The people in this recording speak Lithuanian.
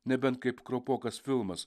nebent kaip kraupokas filmas